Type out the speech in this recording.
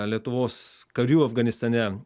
lietuvos karių afganistane